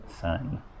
son